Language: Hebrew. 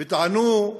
וטענו,